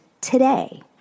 today